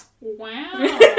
Wow